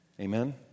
Amen